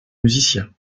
musicien